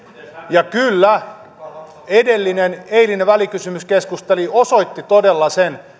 ja kyllä eilinen välikysymyskeskustelu osoitti todella sen